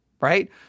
right